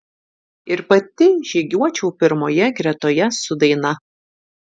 ir pati žygiuočiau pirmoje gretoje su daina